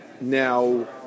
Now